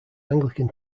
anglican